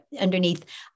underneath